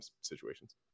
situations